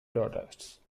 daughters